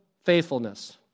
faithfulness